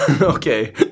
Okay